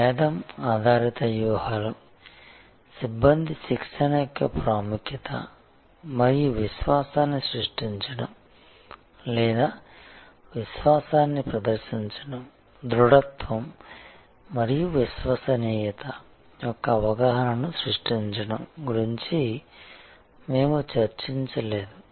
భేదం ఆధారిత వ్యూహాలు సిబ్బంది శిక్షణ యొక్క ప్రాముఖ్యత మరియు విశ్వాసాన్ని సృష్టించడం లేదా విశ్వాసాన్ని ప్రదర్శించడం దృఢత్వం మరియు విశ్వసనీయత యొక్క అవగాహనను సృష్టించడం గురించి మేము చర్చించలేదు